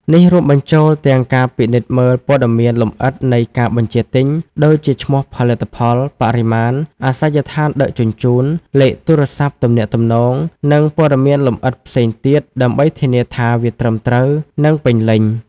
នេះរួមបញ្ចូលទាំងការពិនិត្យមើលព័ត៌មានលម្អិតនៃការបញ្ជាទិញ ដូចជាឈ្មោះផលិតផល បរិមាណ អាសយដ្ឋានដឹកជញ្ជូន លេខទូរសព្ទទំនាក់ទំនង និងព័ត៌មានលម្អិតផ្សេងទៀត ដើម្បីធានាថាវាត្រឹមត្រូវ និងពេញលេញ។